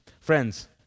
Friends